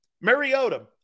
Mariota